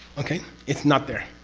okay? it's not there.